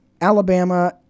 Alabama